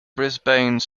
brisbane